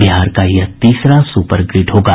बिहार का यह तीसरा सुपर ग्रिड होगा